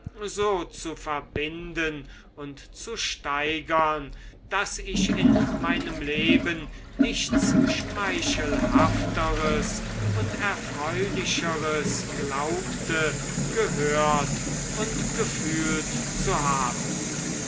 so zu verbinden und zu steigern daß ich in meinem leben nichts schmeichelhafteres und erfreulicheres glaubte gehört und gefühlt zu haben